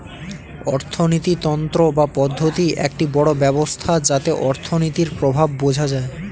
অর্থিনীতি তন্ত্র বা পদ্ধতি একটি বড় ব্যবস্থা যাতে অর্থনীতির প্রভাব বোঝা যায়